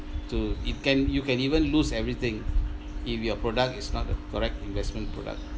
to it can you can even lose everything if your product is not the correct investment product